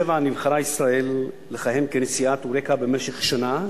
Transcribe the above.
נבחרה ישראל לכהן כנשיאת "יוריקה" במשך שנה,